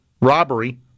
robbery